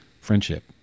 friendship